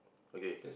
okay